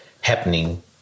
happening